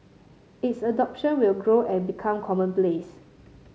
its adoption will grow and become commonplace